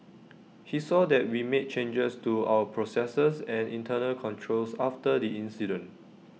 he saw that we made changes to our processes and internal controls after the incident